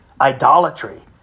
idolatry